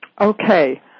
Okay